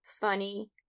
funny